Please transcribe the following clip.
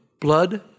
blood